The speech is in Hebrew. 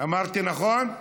אמרתי נכון?